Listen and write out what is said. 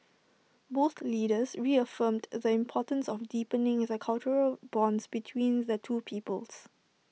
both leaders reaffirmed the importance of deepening the cultural bonds between the two peoples